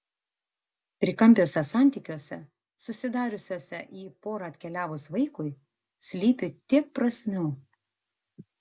trikampiuose santykiuose susidariusiuose į porą atkeliavus vaikui slypi tiek prasmių